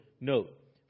Note